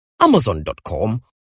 Amazon.com